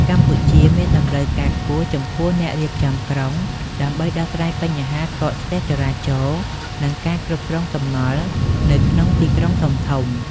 កម្ពុជាមានតម្រូវការខ្ពស់ចំពោះអ្នករៀបចំក្រុង ដើម្បីដោះស្រាយបញ្ហាកកស្ទះចរាចរណ៍ និងការគ្រប់គ្រងសំណល់នៅក្នុងទីក្រុងធំៗ។